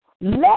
let